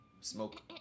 smoke